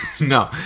No